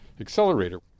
accelerator